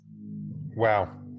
Wow